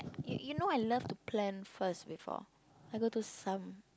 you you know I love to plan first before I go to some